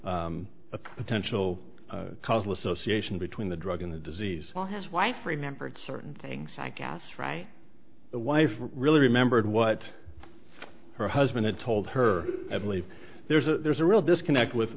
potential causal association between the drug and the disease while his wife remembered certain things i guess right the wife really remembered what her husband had told her at least there's a there's a real disconnect with